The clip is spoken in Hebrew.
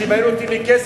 שאם היו נותנים לי כסף,